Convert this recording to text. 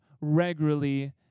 regularly